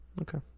Okay